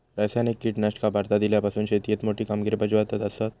रासायनिक कीटकनाशका भारतात इल्यापासून शेतीएत मोठी कामगिरी बजावत आसा